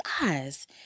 eyes